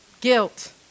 guilt